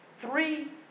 Three